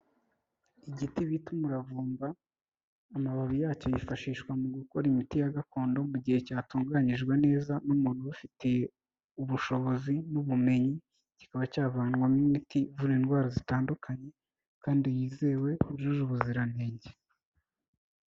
Igiti bita umuravumba, amababi yacyo yifashishwa mu gukora imiti ya gakondo mu gihe cyatunganyijwe neza n'umuntu ubifitiye ubushobozi n'ubumenyi, kikaba cyavanwamo imiti ivura indwara zitandukanye kandi yizewe, yujuje ubuziranenge.